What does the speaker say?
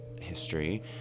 history